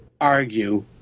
argue